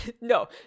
No